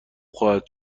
خواهد